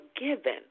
forgiven